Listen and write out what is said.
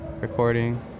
recording